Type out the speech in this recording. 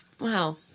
Wow